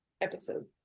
episode